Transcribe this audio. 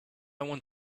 want